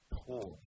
poor